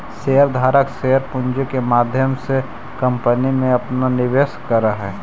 share धारक share पूंजी के माध्यम से कंपनी में अपना निवेश करऽ हई